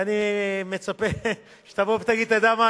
ואני מצפה שתבוא ותגיד: אתה יודע מה,